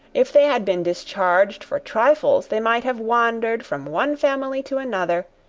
if they had been discharged for trifles, they might have wandered, from one family to another,